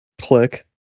click